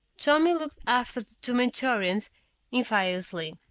tommy looked after the two mentorians enviously.